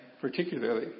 particularly